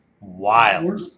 Wild